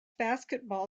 basketball